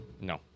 No